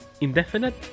indefinite